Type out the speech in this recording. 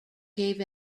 gave